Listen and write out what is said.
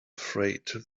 afraid